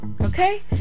Okay